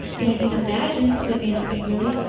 but i can imagine, said anne eagerly.